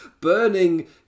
Burning